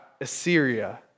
Assyria